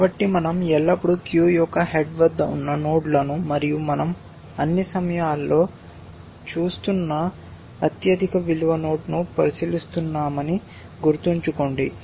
కాబట్టి మన০ ఎల్లప్పుడూ క్యూ యొక్క హెడ్ వద్ద ఉన్న నోడ్లను మరియు మన০ అన్ని సమయాల్లో చూస్తున్న అత్యధిక విలువ నోడ్ను పరిశీలిస్తున్నామని గుర్తుంచుకోండి